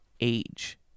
age